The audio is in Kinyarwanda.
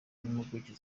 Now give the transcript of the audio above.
n’impuguke